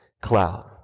cloud